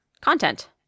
content